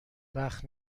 وقت